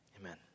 Amen